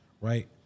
Right